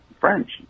French